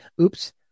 Oops